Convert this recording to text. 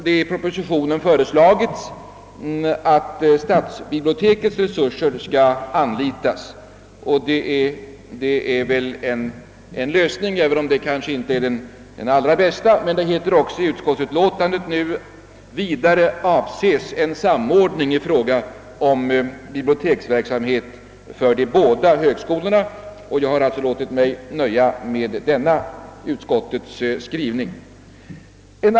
I propositionen har föreslagits att stadsbibliotekets resurser skulle anlitas, och det är alltid en lösning, även om den inte är den allra bästa. Det står emellertid i utskottets utlåtande: » Vidare avses en samordning i fråga om biblioteksverksamheten för de båda högskolorna.» Jag har låtit mig nöja med denna utskottets skrivning.